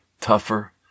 tougher